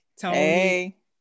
Tony